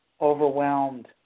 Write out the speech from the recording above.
overwhelmed